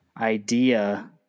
idea